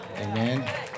Amen